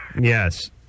Yes